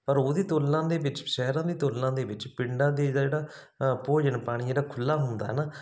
ਪਰ ਉਹਦੀ ਤੁਲਨਾ ਦੇ ਵਿੱਚ ਸ਼ਹਿਰਾਂ ਦੀ ਤੁਲਨਾਂ ਦੇ ਵਿੱਚ ਪਿੰਡਾਂ ਦੇ ਜਿਹੜਾ ਭੋਜਨ ਪਾਣੀ ਜਿਹੜਾ ਖੁੱਲਾ ਹੁੰਦਾ ਹੈ ਨਾ